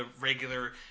regular